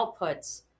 outputs